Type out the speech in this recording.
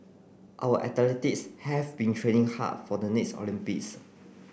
our athletes have been training hard for the next Olympics